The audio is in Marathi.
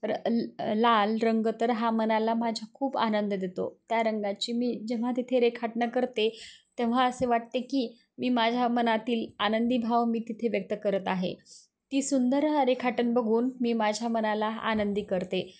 र लाल रंग तर हा मनाला माझा खूप आनंद देतो त्या रंगाची मी जेव्हा तिथे रेखाटनं करते तेव्हा असे वाटते की मी माझ्या मनातील आनंदी भाव मी तिथे व्यक्त करत आहे ती सुंदर रेखाटन बघून मी माझ्या मनाला आनंदी करते